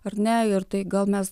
ar ne ir tai gal mes